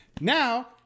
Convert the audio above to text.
Now